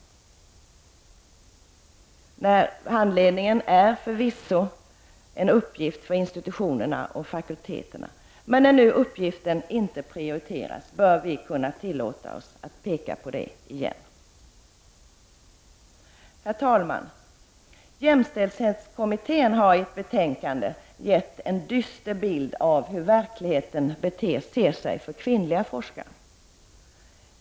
Handledningen är förvisso en uppgift för institutionerna och fakulteterna. När nu uppgiften tydligen inte prioriteras bör vi kunna påpeka det igen. Herr talman! Jämställdhetskommitten har i ett betänkande gett en dyster bild av hur verkligheten ter sig för kvinnliga forskare.